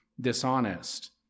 dishonest